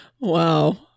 Wow